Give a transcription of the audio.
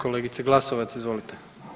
Kolegice Glasovac, izvolite.